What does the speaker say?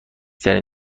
ترین